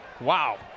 Wow